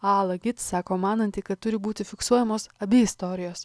ala git sako mananti kad turi būti fiksuojamos abi istorijos